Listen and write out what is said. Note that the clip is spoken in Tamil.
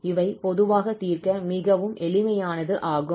இவை பொதுவாக தீர்க்க மிகவும் எளிமையானது ஆகும்